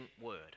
word